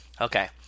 Okay